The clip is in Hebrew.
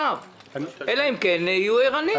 אלא אם כן יהיו ערניים.